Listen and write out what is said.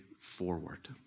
forward